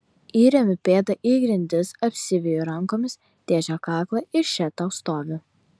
įremiu pėdą į grindis apsiveju rankomis tėčio kaklą ir še tau stoviu